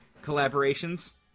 collaborations